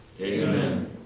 Amen